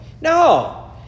No